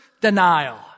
denial